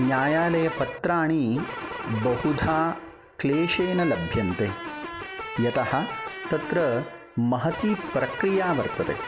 न्यायालयपत्राणि बहुधा क्लेशेन लभ्यन्ते यतः तत्र महती प्रक्रिया वर्तते